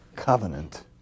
covenant